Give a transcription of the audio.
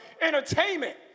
entertainment